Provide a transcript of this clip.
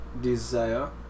desire